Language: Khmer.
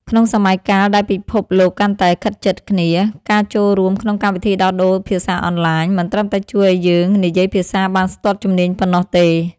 ក្នុងសម័យកាលដែលពិភពលោកកាន់តែខិតជិតគ្នា ការចូលរួមក្នុងកម្មវិធីដោះដូរភាសាអនឡាញ មិនត្រឹមតែជួយឱ្យយើងនិយាយភាសាបានស្ទាត់ជំនាញប៉ុណ្ណោះទេ។